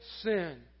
sin